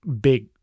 big